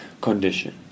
condition